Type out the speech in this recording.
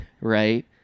Right